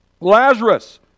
Lazarus